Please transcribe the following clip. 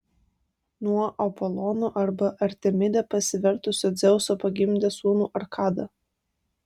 nuo apolonu arba artemide pasivertusio dzeuso pagimdė sūnų arkadą